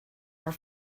are